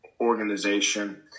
organization